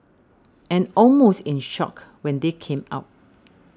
and almost in shock when they came out